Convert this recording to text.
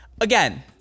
Again